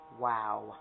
Wow